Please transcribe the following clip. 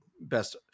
best